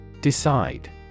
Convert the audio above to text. Decide